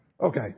Okay